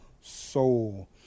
soul